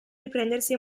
riprendersi